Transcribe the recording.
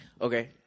Okay